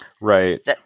Right